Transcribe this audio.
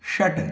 षट्